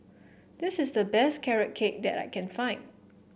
this is the best Carrot Cake that I can find